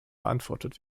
beantwortet